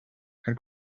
had